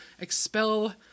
expel